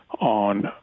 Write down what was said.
on